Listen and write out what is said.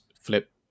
flip